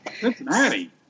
Cincinnati